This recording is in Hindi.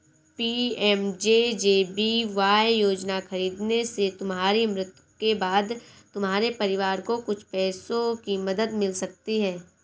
पी.एम.जे.जे.बी.वाय योजना खरीदने से तुम्हारी मृत्यु के बाद तुम्हारे परिवार को कुछ पैसों की मदद मिल सकती है